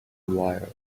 wire